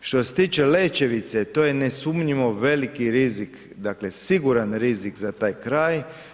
Što će tiče Lećevice, to je nesumnjivo veliki rizik, dakle siguran rizik za taj kraj.